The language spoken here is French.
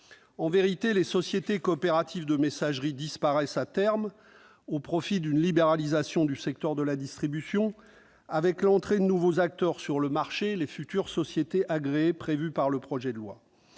En vérité, les sociétés coopératives de messagerie de presse disparaissent à terme, au profit d'une libéralisation du secteur de la distribution, avec l'entrée de nouveaux acteurs sur le marché, les futures sociétés agréées prévues par le projet de loi.